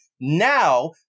now